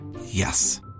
Yes